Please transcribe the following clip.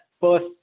first